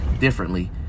differently